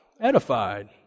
Edified